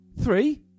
Three